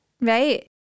right